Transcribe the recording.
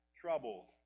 troubles